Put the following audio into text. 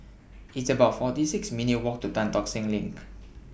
It's about forty six minutes' Walk to Tan Tock Seng LINK